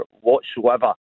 whatsoever